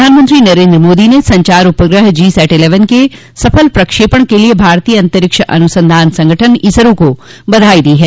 प्रधानमंत्री नरेन्द्र मोदी ने संचार उपग्रह जी सैट इलेवन के सफल प्रक्षेपण के लिए भारतीय अंतरिक्ष अनुसंधान संगठन इसरो को बधाई दी है